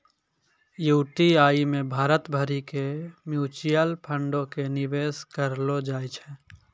UTI मे भारत भरि के म्यूचुअल फंडो के निवेश करलो जाय छै